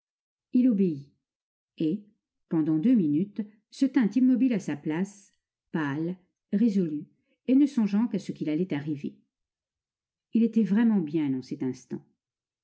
il obéit et pendant deux minutes se tint immobile à sa place pâle résolu et ne songeant qu'à ce qui allait arriver il était vraiment bien en cet instant